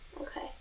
Okay